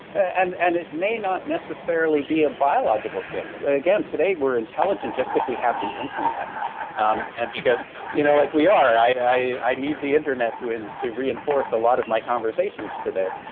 and and it may not necessarily be a biological fix. again today we're intelligent just if we have the internet um and because you know like we are, i i need the internet to and to reinforce a lot of my conversations today.